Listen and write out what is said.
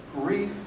grief